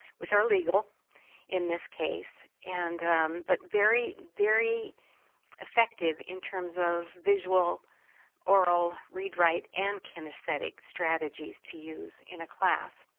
which are legal in this case, and but very, very effective, in terms of visual aural, read write, and kinesthetic, strategies to use in a class.